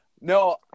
No